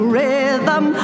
Rhythm